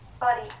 body